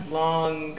long